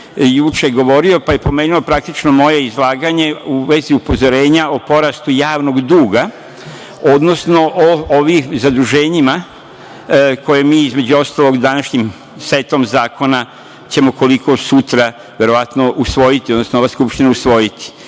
juče govorio, pa je pomenuo praktično moje izlaganje u vezi upozorenja o porastu javnog duga, odnosno o ovim zaduženjima koje mi, između ostalog, današnjim setom zakona ćemo koliko sutra verovatno usvojiti, odnosno ova Skupština usvojiti. Pa